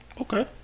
Okay